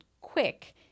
quick